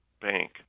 bank